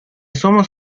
somos